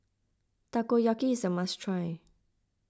Takoyaki is a must try